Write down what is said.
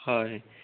হয়